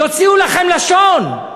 יוציאו לכם לשון.